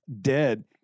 dead